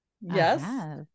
Yes